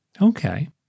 okay